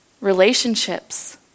Relationships